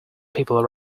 people